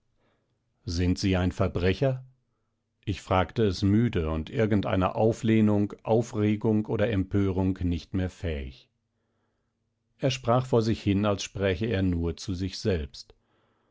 sind sie ein verbrecher ich fragte es müde und irgendeiner auflehnung aufregung oder empörung nicht mehr fähig er sprach vor sich hin als spräche er nur zu sich selbst